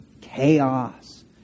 chaos